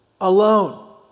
alone